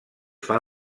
fan